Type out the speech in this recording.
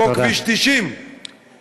כמו כביש 90. תודה.